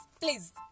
please